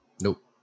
Nope